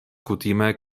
kutime